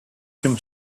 him